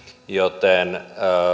joten